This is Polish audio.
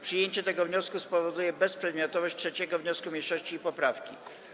Przyjęcie tego wniosku spowoduje bezprzedmiotowość 3. wniosku mniejszości i 1. poprawki.